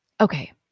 Okay